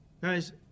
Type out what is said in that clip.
Guys